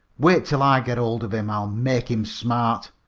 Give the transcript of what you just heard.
wait till i git hold of him! i'll make him smart.